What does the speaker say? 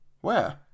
Where